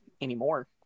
anymore